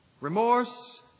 remorse